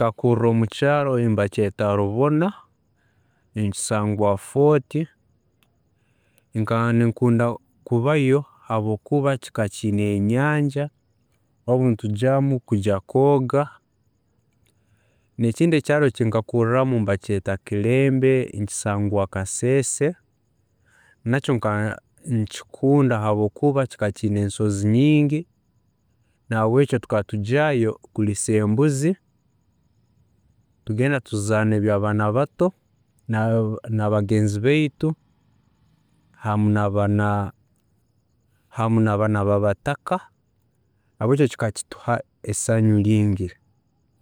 ﻿Nkakuurra mukyaaro nibakyeeta rubona, nikisangwa Fort, nkaba ninkunda kubayo habwokuba kikaba kiine enyanja, obu nitujyaamu kujya kwooga, n'ekindi ekyaaro eki nkakuurramu nibakyeeta kilembe, nikisangwa kasese, nakyo nkaba ninkikunda habwokuba kikaba kiine ensozi nyingi, nahabwekyo tukaba tujyaayo kuliisa embuzi, tugenda tuzaana ebya'abaana abato, nabagenzi baitu hamu baabataka, nahabwekyo kikaba kituha esanyu lingi